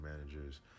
managers